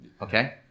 okay